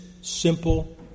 simple